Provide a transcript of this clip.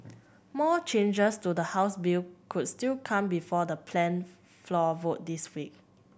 more changes to the House bill could still come before the planned floor vote this week